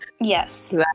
Yes